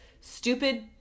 stupid